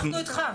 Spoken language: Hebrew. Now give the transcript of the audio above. אנחנו אתך.